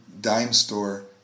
dime-store